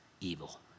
evil